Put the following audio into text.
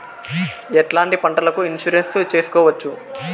ఎట్లాంటి పంటలకు ఇన్సూరెన్సు చేసుకోవచ్చు?